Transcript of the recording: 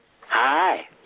Hi